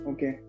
Okay